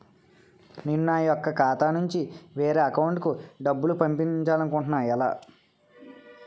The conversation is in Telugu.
నేను నా యెక్క ఖాతా నుంచి వేరే వారి అకౌంట్ కు డబ్బులు పంపించాలనుకుంటున్నా ఎలా?